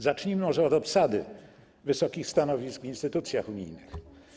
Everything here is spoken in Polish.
Zacznijmy może od obsady wysokich stanowisk w instytucjach unijnych.